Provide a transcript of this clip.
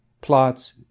plots